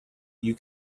you